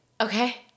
Okay